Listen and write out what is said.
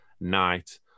night